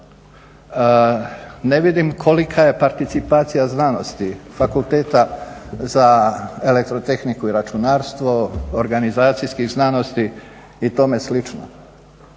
Ne vidim kolika je participacija znanosti, fakulteta za elektrotehniku i računarstvo, organizacijskih znanosti i tome slično.